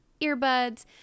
earbuds